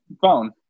phone